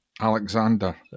Alexander